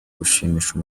gushimisha